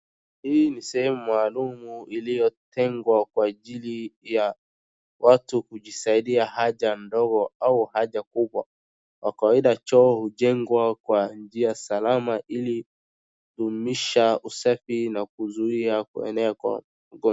Hii ni sehemu maalumu iliyotengwa kwa ajili ya watu kujisaidia haja ndogo au haja kubwa. Kwa kawaida choo hujengwa kwa njia salama ili kudumisha usafi na kuzuia kuenea kwa ugonjwa.